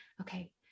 okay